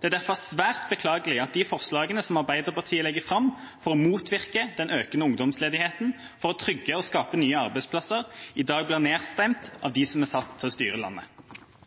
Det er derfor svært beklagelig at de forslagene som Arbeiderpartiet legger fram for å motvirke den økende ungdomsledigheten, for å trygge og skape nye arbeidsplasser, i dag blir nedstemt av dem som er satt til å styre landet.